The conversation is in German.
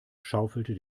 schaufelte